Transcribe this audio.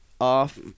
off